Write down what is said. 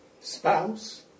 spouse